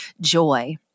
joy